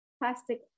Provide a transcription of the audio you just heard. plastic